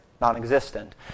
non-existent